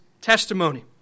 testimony